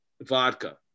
vodka